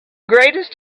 greatest